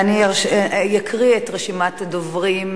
אני מקריאה את רשימת הדוברים,